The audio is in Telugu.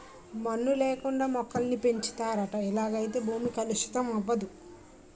మన్ను లేకుండా మొక్కలను పెంచుతారట ఇలాగైతే భూమి కలుషితం అవదు